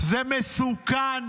זה מסוכן,